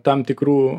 tam tikrų